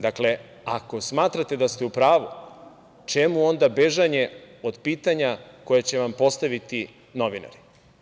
Dakle, ako smatrate da ste u pravu, čemu onda bežanje od pitanja koja će vam postaviti novinari?